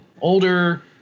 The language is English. Older